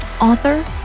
author